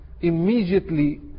immediately